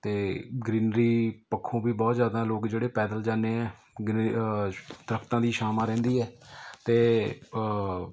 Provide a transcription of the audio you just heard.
ਅਤੇ ਗਰੀਨਰੀ ਪੱਖੋਂ ਵੀ ਬਹੁਤ ਜ਼ਿਆਦਾ ਲੋਕ ਜਿਹੜੇ ਪੈਦਲ ਜਾਂਦੇ ਹੈ ਗਰੀ ਦਰੱਖਤਾਂ ਦੀ ਛਾਵਾਂ ਰਹਿੰਦੀ ਹੈ ਅਤੇ